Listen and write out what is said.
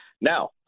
Now